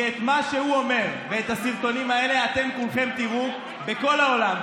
כי את מה שהוא אומר ואת הסרטונים האלה אתם כולכם תראו בכול העולם,